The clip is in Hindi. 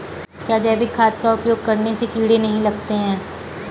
क्या जैविक खाद का उपयोग करने से कीड़े नहीं लगते हैं?